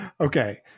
Okay